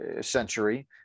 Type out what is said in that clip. century